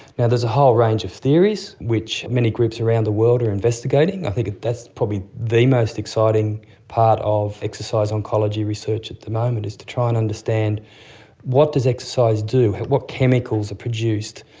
yeah there's a whole range of theories which many groups around the world are investigating. i think that's probably the most exciting part of exercise oncology research at the moment, is to try and understand what does exercise do, what chemicals are produced.